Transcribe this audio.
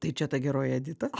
tai čia ta geroji edita